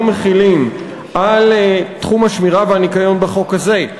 מחילים על תחום השמירה והניקיון בחוק הזה,